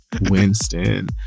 Winston